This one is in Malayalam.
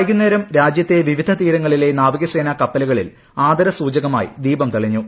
വൈകുന്നേരം രാജ്യത്തെ വിവിധ തീരങ്ങളിലെ നാവികസേനാ കപ്പലുകളിൽ ആദരസൂചകമായി ദീപം തെളിഞ്ഞു